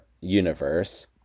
Universe